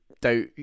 doubt